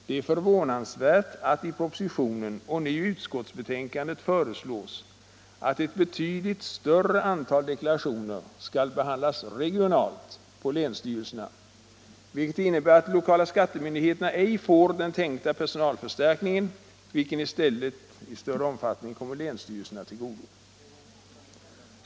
Det är förvånansvärt att i propositionen och nu i utskottsbetänkandet föreslås att ett betydligt större antal deklarationer skall behandlas regionalt på länsstyrelserna, vilket innebär att de lokala skattemyndigheterna ej får den tänkta personalförstärkningen, vilken i stället i större omfattning kommer länsstyrelserna till godo.